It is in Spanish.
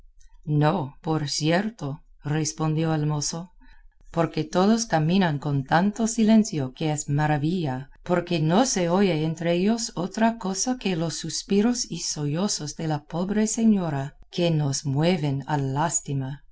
no por cierto respondió el mozo porque todos caminan con tanto silencio que es maravilla porque no se oye entre ellos otra cosa que los suspiros y sollozos de la pobre señora que nos mueven a lástima